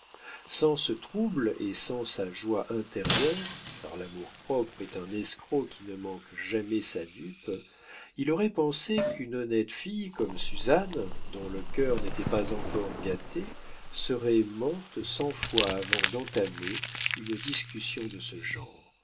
sans ce trouble et sans sa joie intérieure car l'amour-propre est un escroc qui ne manque jamais sa dupe il aurait pensé qu'une honnête fille comme suzanne dont le cœur n'était pas encore gâté serait morte cent fois avant d'entamer une discussion de ce genre